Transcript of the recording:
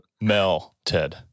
Melted